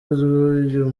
rw’uyu